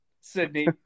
Sydney